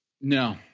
No